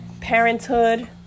parenthood